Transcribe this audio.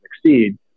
succeed